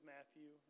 Matthew